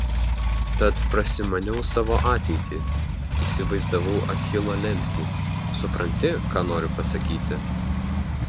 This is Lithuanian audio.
tad prasimaniau savo ateitį įsivaizdavau achilo lemtį supranti ką noriu pasakyti